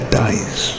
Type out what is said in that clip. dies